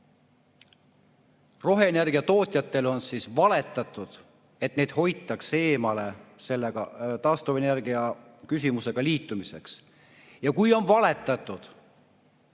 roheenergiatootjatele on valetatud, et neid hoitakse eemale taastuvenergia küsimusega liitumiseks. Kui on valetatud